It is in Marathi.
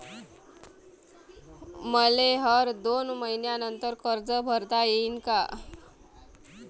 मले हर दोन मयीन्यानंतर कर्ज भरता येईन का?